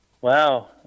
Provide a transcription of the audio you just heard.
Wow